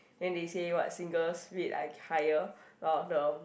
then they say what singles read I hire